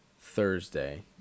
Thursday